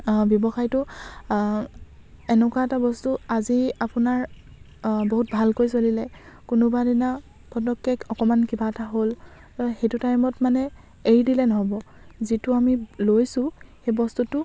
ব্যৱসায়টো এনেকুৱা এটা বস্তু আজি আপোনাৰ বহুত ভালকৈ চলিলে কোনোবা দিনা পটককৈ অকণমান কিবা এটা হ'ল সেইটো টাইমত মানে এৰি দিলে নহ'ব যিটো আমি লৈছো সেই বস্তুটো